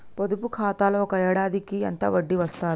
పొదుపు ఖాతాలో ఒక ఏడాదికి ఎంత వడ్డీ వస్తది?